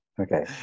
Okay